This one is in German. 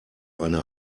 eine